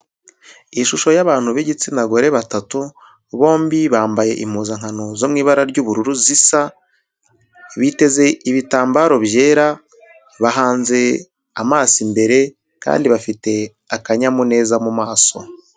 Ishusho y'abantu b'igitsinagore batatu, bombi bambaye impuzankano zo mu ibara ry'ubururu zisa, biteze ibitambaro byera, bahanze amaso imbere kandi bafite akanyamuneza mu maso.